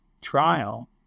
trial